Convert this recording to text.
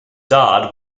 dodd